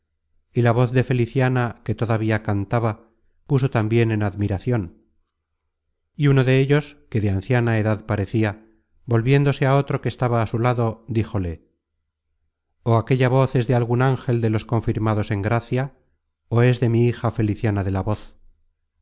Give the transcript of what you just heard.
y la voz de feliciana que todavía cantaba puso tambien en admiracion y uno de ellos que de anciana edad parecia volviéndose á otro que estaba á su lado díjole o aquella voz es de algun ángel de los confirmados en gracia ó es de mi hija feliciana de la voz